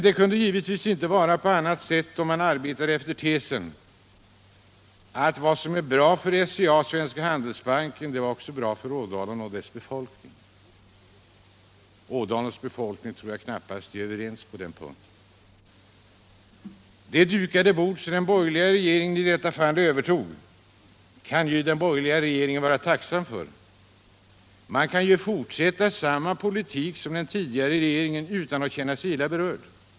Det kunde givetvis inte vara på annat sätt då man arbetade efter tesen ”vad som är bra för SCA och Svenska Handelsbanken, det är också bra för Ådalen och dess befolkning”. Jag tror dock knappast att Ådalens befolkning instämmer på den punkten. Det dukade bord som den borgerliga regeringen även i detta fall övertog kan den vara tacksam för. Den kan ju fortsätta samma politik som den tidigare regeringen utan att känna sig illa berörd.